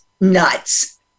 nuts